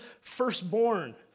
firstborn